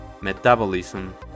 metabolism